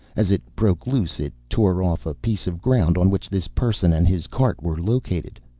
as it broke loose, it tore off a piece of ground on which this person and his cart were located.